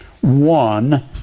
one